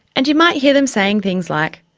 and you might hear them saying things like,